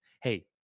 Hey